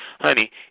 Honey